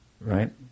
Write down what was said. right